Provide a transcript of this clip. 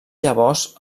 llavors